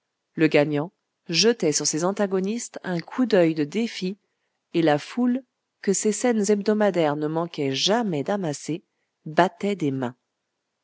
le gagnant jetait sur ses antagonistes un coup d'oeil de défi et la foule que ces scènes hebdomadaires ne manquaient jamais d'amasser battait des mains